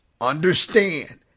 Understand